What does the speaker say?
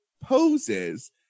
poses